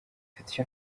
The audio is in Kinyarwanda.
icyo